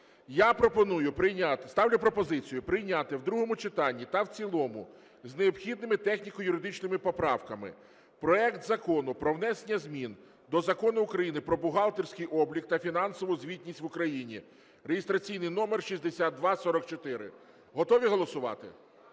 Ставлю пропозицію, прийняти в другому читанні та в цілому з необхідними техніко-юридичними поправками проект Закону про внесення змін до Закону України "Про бухгалтерський облік та фінансову звітність в Україні" (реєстраційний номер 6244). Готові голосувати?